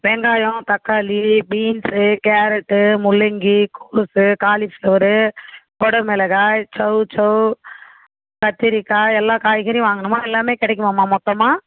வெங்காயம் தக்காளி beans carrot முள்ளங்கி கோசு காலிஃப்ளவரு கொடை மிளகா சவ்சவ் கத்திரிக்காய் எல்லா காய்கறியும் வாங்கணும்மா எல்லாமே கிடைக்குமாம்மா மொத்தமாக